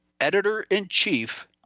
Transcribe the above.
Editor-in-Chief